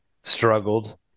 struggled